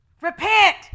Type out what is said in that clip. Repent